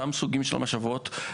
אותם סוגים של משאבות,